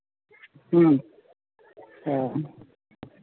ᱦᱮᱸ ᱦᱳᱭ